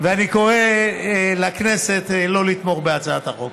ואני קורא לכנסת לא לתמוך בהצעת החוק.